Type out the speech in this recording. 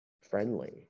friendly